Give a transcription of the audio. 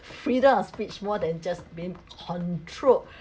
freedom of speech more than just being controlled